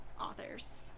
authors